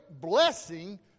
blessing